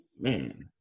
Man